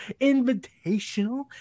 invitational